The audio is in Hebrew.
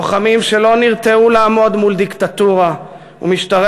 לוחמים שלא נרתעו לעמוד מול דיקטטורה ומשטרי